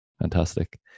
fantastic